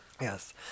Yes